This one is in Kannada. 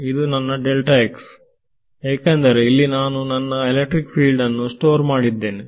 ಇದು ನನ್ನ ಏಕೆಂದರೆ ಇಲ್ಲಿ ನಾನು ನನ್ನ ಎಲೆಕ್ಟ್ರಿಕ್ ಫೀಲ್ಡ್ ಅನ್ನು ಸ್ಟೋರ್ ಮಾಡಿದ್ದೇನೆ